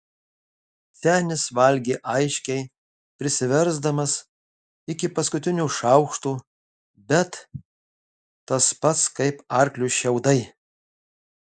senis valgė aiškiai prisiversdamas iki paskutinio šaukšto bet tas pats kaip arkliui šiaudai